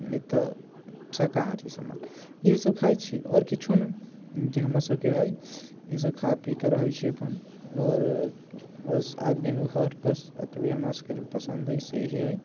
नहि तऽ शाकाहारी सामान इएह सभ खाइत छी आओर किछु नहि जे हमरा सभकेँ अछि इसभ खा पीके रहैत छी अपन आओर बस आबि गेलहुँ घर बस अतबे हमरा सभकेँ पसंद अछि से इहे अछि